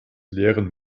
leeren